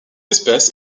espèce